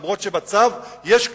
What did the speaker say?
אף שבצו יש כתובת,